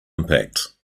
impact